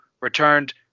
Returned